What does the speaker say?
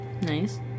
Nice